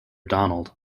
donald